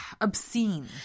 obscene